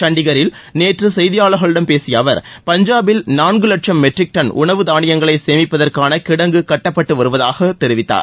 சண்டிகரில் நேற்று செய்தியாளர்களிடம் பேசிய அவர் பஞ்சாபில் நான்கு லட்சும் மெட்ரிக் டள் உணவு தானியங்களை சேமிப்பதற்கான கிடங்கு கட்டப்பட்டு வருவதாக தெரிவித்தார்